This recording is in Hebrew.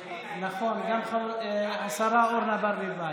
נכון, גם השרה אורנה ברביבאי,